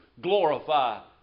glorify